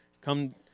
come